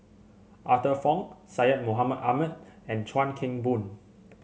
Arthur Fong Syed Mohamed Ahmed and Chuan Keng Boon